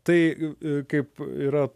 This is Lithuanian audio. tai kaip yra